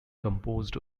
composed